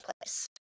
place